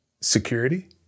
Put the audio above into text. Security